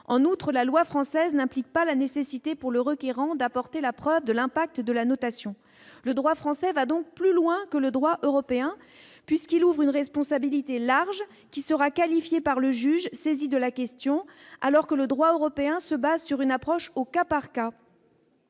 en outre, la loi française n'implique pas la nécessité pour le requérant d'apporter la preuve de l'impact de la notation le droit français va donc plus loin que le droit européen puisqu'il ouvre une responsabilité large qui sera qualifié par le juge saisi de la question, alors que le droit européen se base sur une approche au cas par cas.